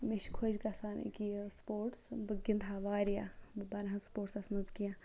مےٚ چھُ خۄش گَژھان أکیاہ یہِ سپوٹٕس بہٕ گِنٛدہا واریاہ بہٕ بَنہٕ ہا سپوٹسَس مَنٛز کینٛہہ